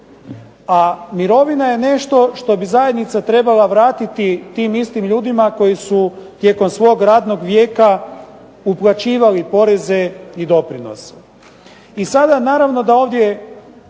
A mirovina je nešto što bi zajednica trebala vratiti tim istim ljudima koji su tijekom svog radnog vijeka uplaćivali poreze i doprinose. I sada naravno da ovdje